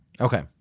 Okay